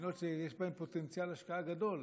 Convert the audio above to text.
מדינות שיש בהן פוטנציאל השקעה גדול,